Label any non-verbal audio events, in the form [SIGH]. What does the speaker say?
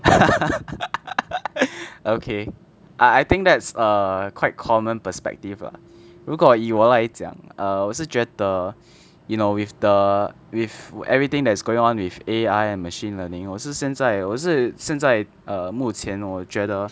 [LAUGHS] okay I I think that's a quite common perspective lah 如果以我来讲 err 我是觉得 you know with the with everything that's going on with A_I and machine learning 我是现在我是现在 err 目前 you know 我觉得